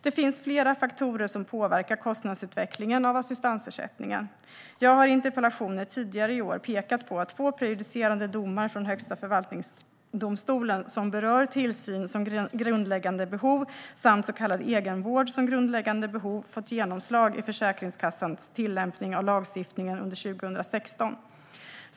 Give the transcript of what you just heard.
Det finns flera faktorer som påverkat kostnadsutvecklingen av assistansersättningen. Jag har i interpellationer tidigare i år pekat på att två prejudicerande domar från Högsta förvaltningsdomstolen, som berör tillsyn som grundläggande behov samt så kallad egenvård som grundläggande behov, har fått genomslag i Försäkringskassans tillämpning av lagstiftningen under 2016.